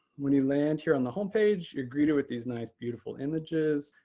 when you land here on the home page, you are greeted with these nice, beautiful images.